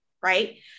Right